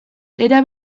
era